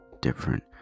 different